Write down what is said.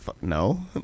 no